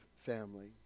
family